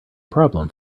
problem